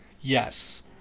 Yes